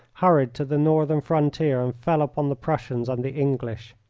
hurried to the northern frontier and fell upon the prussians and the english.